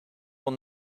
will